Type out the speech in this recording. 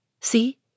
See